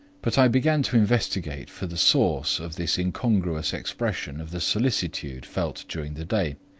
but i began to investigate for the source of this incongruous expression of the solicitude felt during the day,